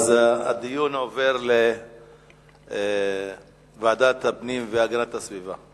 מקובל, אז הדיון עובר לוועדת הפנים והגנת הסביבה.